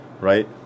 Right